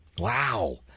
Wow